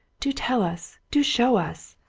do tell us do show us!